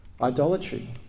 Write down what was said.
idolatry